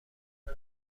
بود